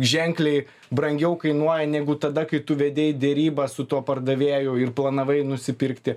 ženkliai brangiau kainuoja negu tada kai tu vedi derybas su tuo pardavėju ir planavai nusipirkti